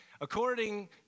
According